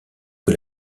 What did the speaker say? que